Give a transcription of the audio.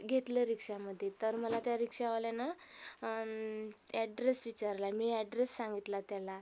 घेतलं रिक्शामध्ये तर मला त्या रिक्शावाल्यानं ॲड्रेस विचारला मी ॲड्रेस सांगितला त्याला